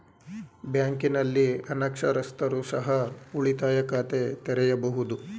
ಬ್ಯಾಂಕಿನಲ್ಲಿ ಅನಕ್ಷರಸ್ಥರು ಸಹ ಉಳಿತಾಯ ಖಾತೆ ತೆರೆಯಬಹುದು?